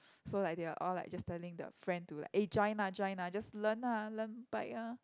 so like they are all like just telling the friend to like eh join lah join lah just learn lah learn bike ah